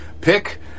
Pick